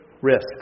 risks